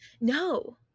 No